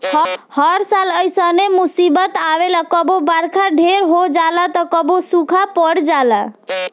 हर साल ऐइसने मुसीबत आवेला कबो बरखा ढेर हो जाला त कबो सूखा पड़ जाला